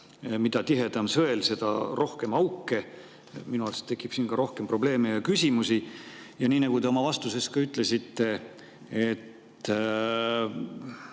mida tihedam sõel, seda rohkem auke. Minu arust tekib siin ka rohkem probleeme ja küsimusi. Ja nii nagu te oma vastuses ka ütlesite,